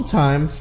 time